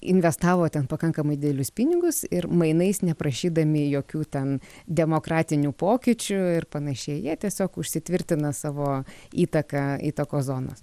investavo ten pakankamai didelius pinigus ir mainais neprašydami jokių ten demokratinių pokyčių ir panašiai jie tiesiog užsitvirtina savo įtaką įtakos zonos